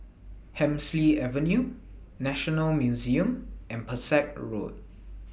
Hemsley Avenue National Museum and Pesek Road